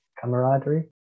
camaraderie